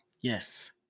Yes